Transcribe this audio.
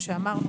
מה שאמרנו,